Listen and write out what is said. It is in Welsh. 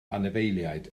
anifeiliaid